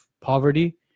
poverty